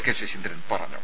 K Saseendran പറഞ്ഞു